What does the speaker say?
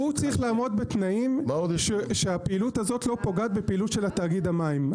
הוא צריך לעמוד בתנאים שהפעילות הזאת לא פוגעת בפעילות של תאגיד המים.